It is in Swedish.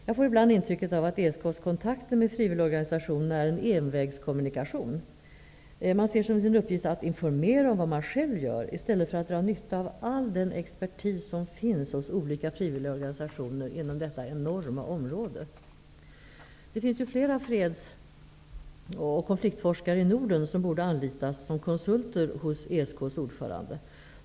Jag får ibland intrycket att ESK:s kontakter med frivilligorganisationerna är en envägskommunikation. Man ser som sin uppgift att informera om vad man själv gör i stället för att dra nytta av all den expertis som finns hos olika frivilliga organisationer inom detta enorma område. Det finns ju flera freds och konfliktforskare i Norden som borde anlitas som konsulter hos ESK:s ordförande.